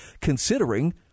considering